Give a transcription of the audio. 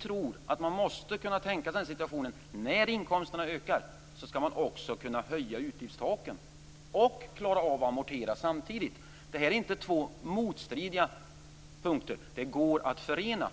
tror att man måste kunna tänka sig den situationen att när inkomsterna ökar skall man också kunna höja utgiftstaken och klara av att amortera samtidigt. Det här är inte två motstridiga punkter, utan de går att förena.